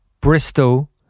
Bristol